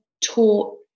taught